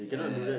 yeah